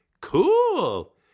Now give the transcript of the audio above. Cool